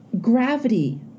gravity